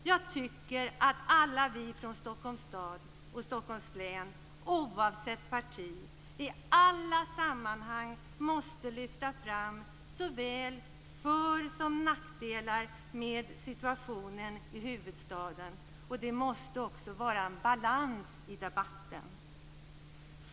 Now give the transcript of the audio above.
Jag tycker att alla vi från Stockholms stad och Stockholms län oavsett parti i alla sammanhang måste lyfta fram såväl för som nackdelar med situationen i huvudstaden, och det måste också vara en balans i debatten.